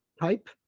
type